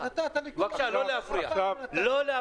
אני מבקש לא להפריע.